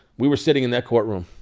we were sitting in that courtroom,